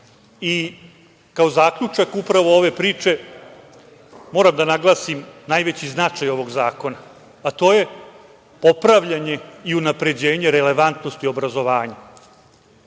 zaključak ove priče, moram da naglasim najveći značaj ovog zakona, a to je popravljanje i unapređenje relevantnosti obrazovanja.